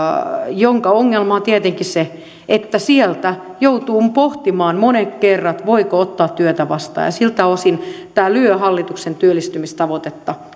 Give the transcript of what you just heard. jonka ongelma on tietenkin se että silloin joutuu pohtimaan monet kerrat voiko ottaa työtä vastaan ja siltä osin tämä lyö hallituksen työllistymistavoitetta